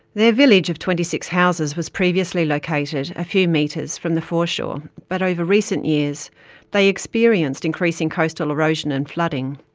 their village of twenty six houses was previously like located a few meters from the foreshore, but over recent years they experienced increasing coastal erosion and flooding.